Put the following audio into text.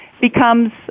becomes